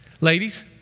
Ladies